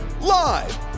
Live